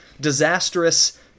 disastrous